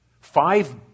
Five